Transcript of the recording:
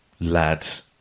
lads